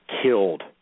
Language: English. killed